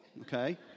okay